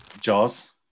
Jaws